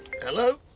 Hello